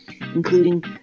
including